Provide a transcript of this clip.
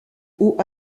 haut